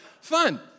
fun